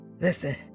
listen